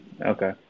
Okay